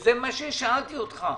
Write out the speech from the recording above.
זה מה ששאלתי אותך.